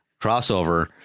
crossover